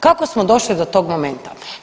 Kako smo došli do tog momenta?